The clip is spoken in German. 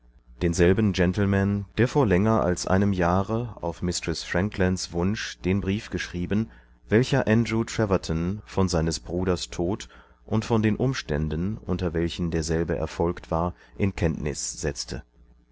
denselben gentleman der vor länger als einem jahre auf mistreß franklands wunsch den brief geschrieben welcher andrew treverton von seines bruders tod und von den umständen unter welchen derselbe erfolgt war in kenntnis setzte